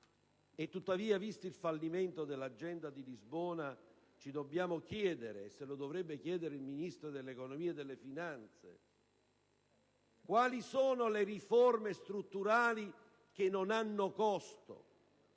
Tuttavia, visto il fallimento dell'Agenda di Lisbona, dobbiamo chiederci - e dovrebbe chiederselo il Ministro dell'economia e delle finanze - quali sono le riforme strutturali che non hanno costo